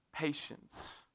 Patience